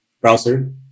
browser